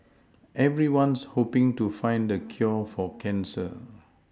everyone's hoPing to find the cure for cancer